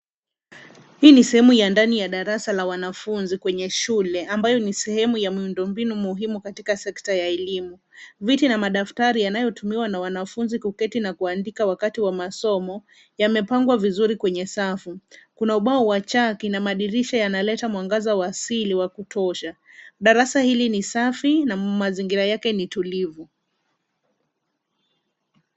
Hii ni sehemu ya ndani ya darasa la wanafunzi kwenye shule, ambayo ni sehemu ya muundombinu muhimu katika sekta ya elimu. Viti na madaftari yanayotumiwa na wanafunzi kuketi na kuandika wakati wa masomo yamepangwa vizuri kwenye safu. Kuna ubao wa chaki na madirisha yanaleta mwangaza wa asili wa kutosha. Darasa hili ni safi na mazingira yake ni tulivu.